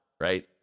right